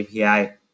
API